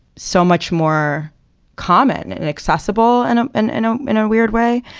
so much more common and accessible and and and um in a weird way,